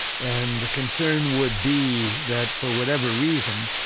and the concern would be that for whatever reason,